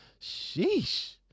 Sheesh